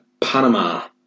Panama